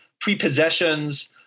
prepossessions